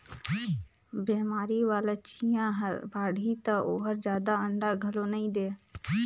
बेमारी वाला चिंया हर बाड़ही त ओहर जादा अंडा घलो नई दे